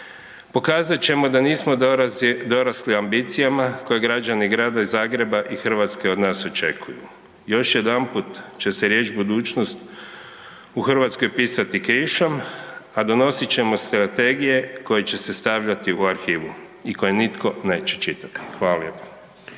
pokazat ćemo da nismo dorasli ambicijama koje građani Grada Zagreba i Hrvatske od nas očekuju. Još jedanput će se riječ „budućnost“ u Hrvatskoj pisati krišom, a donosit ćemo strategije koje će se stavljati u arhivu i koje nitko neće čitati. Hvala